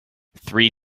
three